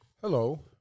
Hello